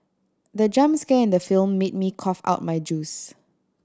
the jump scare in the film made me cough out my juice